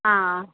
हा